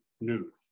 news